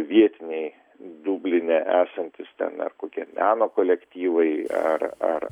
vietiniai dubline esantys ten ar kokie meno kolektyvai ar ar